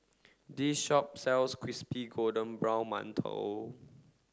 this shop sells Crispy Golden Brown Mantou